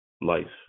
life